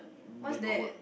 neighbourhood